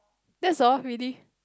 that's all really